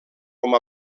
com